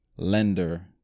lender